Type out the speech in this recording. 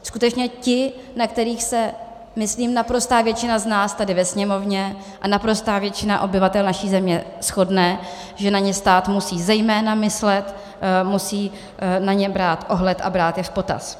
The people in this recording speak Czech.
Skutečně ti, na kterých se, myslím, naprostá většina z nás tady ve Sněmovně a naprostá obyvatel naší země shodne, že na ně stát musí zejména myslet, musí na ně brát ohled a brát je v potaz.